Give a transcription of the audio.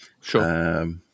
Sure